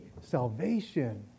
salvation